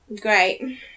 Great